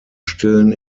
stillen